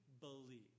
believe